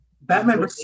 Batman